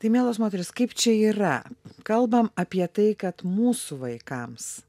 tai mielos moterys kaip čia yra kalbam apie tai kad mūsų vaikams